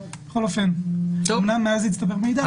בכל אופן, אמנם מאז הצטבר מידע.